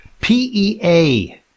PEA